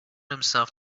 himself